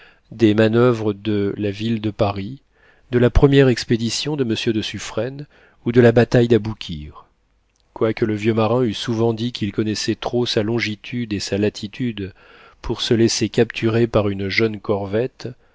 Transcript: des manoeuvres de la ville de paris de la première expédition de monsieur de suffren ou de la bataille d'aboukir quoique le vieux marin eût souvent dit qu'il connaissait trop sa longitude et sa latitude pour se laisser capturer par une jeune corvette